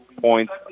points